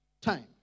time